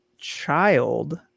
child